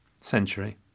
century